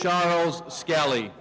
charles scal